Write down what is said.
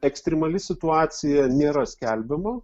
ekstremali situacija nėra skelbiama